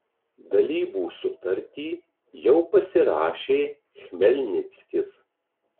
dalybų sutartį jau pasirašė chmelnickis